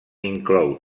inclou